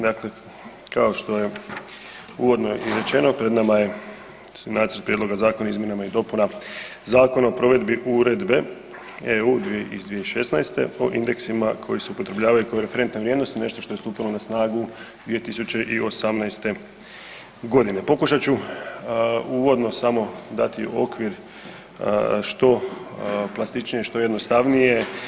Dakle, kao što je uvodno i rečeno pred nama je nacrt Prijedloga zakona o izmjenama i dopunama Zakona o provedbi Uredbe EU iz 2016 o indeksima koji se upotrebljavaju kao referentne vrijednosti, nešto što je stupilo na snagu 2018.g. Pokušat ću uvodno samo dati okvir što plastičnije i što jednostavnije.